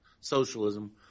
Socialism